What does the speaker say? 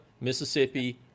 Mississippi